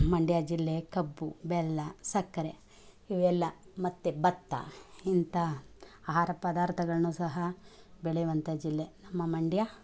ಮಂಡ್ಯ ಜಿಲ್ಲೆ ಕಬ್ಬು ಬೆಲ್ಲ ಸಕ್ಕರೆ ಇವೆಲ್ಲ ಮತ್ತೆ ಭತ್ತ ಇಂಥ ಆಹಾರ ಪದಾರ್ಥಗಳ್ನು ಸಹ ಬೆಳೆಯುವಂಥ ಜಿಲ್ಲೆ ನಮ್ಮ ಮಂಡ್ಯ